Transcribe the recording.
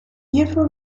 hierfür